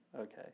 Okay